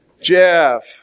Jeff